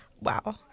wow